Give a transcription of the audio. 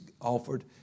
offered